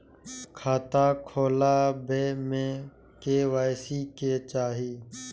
खाता खोला बे में के.वाई.सी के चाहि?